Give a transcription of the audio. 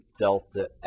delta